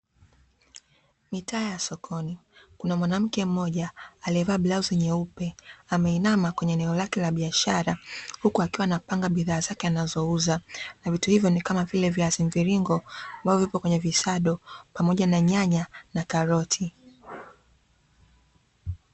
Mitaa ya sokoni. Kuna mwanamke mmoja aliyevaa blauzi nyeupe ameinama kwenye eneo lake la biashara, huku akiwa anapanga bidhaa zake anazouza. Na vitu hivyo ni kama vile viazi mviringo, ambavyo vipo kwenye visado, pamoja na nyanya na karoti.